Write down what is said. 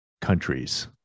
countries